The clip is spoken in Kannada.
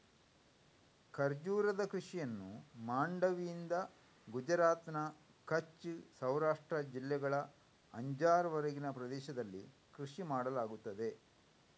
ಖರ್ಜೂರದ ಕೃಷಿಯನ್ನು ಮಾಂಡವಿಯಿಂದ ಗುಜರಾತ್ನ ಕಚ್ ಸೌರಾಷ್ಟ್ರ ಜಿಲ್ಲೆಗಳ ಅಂಜಾರ್ ವರೆಗಿನ ಪ್ರದೇಶದಲ್ಲಿ ಕೃಷಿ ಮಾಡಲಾಗುತ್ತದೆ